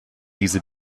diese